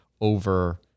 over